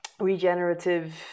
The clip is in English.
Regenerative